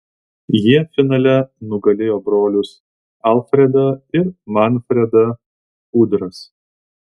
jie finale nugalėjo brolius alfredą ir manfredą udras